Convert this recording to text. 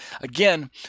Again